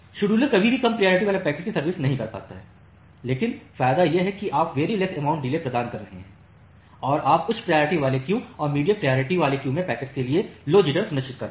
scheduler कभी भी कम प्रायोरिटी वाले पैकेट्स की सर्विस नहीं कर पाता है लेकिन फायदा यह है कि आप वेरी लेस अमाउंटमें डिले प्रदान कर रहे हैं और आप उच्च प्रायोरिटी वाले क्यू और मीडियम प्रायोरिटी क्यू में पैकेट्स के लिए लो जिटर सुनिश्चित कर रहे हैं